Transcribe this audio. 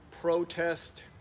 protest